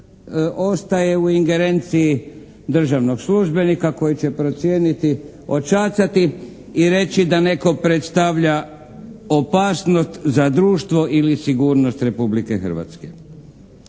ostaje u ingerenciji državnog službenika koji će procijeniti, odšacati i reći da netko predstavlja opasnost za društvo ili sigurnost Republike Hrvatske.